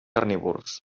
carnívors